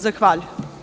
Zahvaljujem.